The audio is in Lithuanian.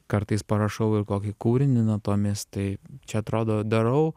kartais parašau ir kokį kūrinį natomis tai čia atrodo darau